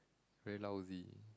very lousy